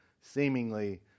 seemingly